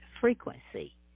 frequency